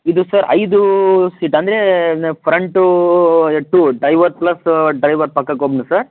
ಇದು ಸರ್ ಐದು ಸೀಟ್ ಅಂದರೆ front two driver plus driver ಪಕ್ಕಕ್ಕೆ ಒಬ್ಬನು ಸರ್